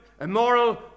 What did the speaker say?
immoral